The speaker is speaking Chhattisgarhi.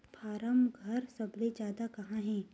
फारम घर सबले जादा कहां हे